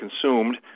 consumed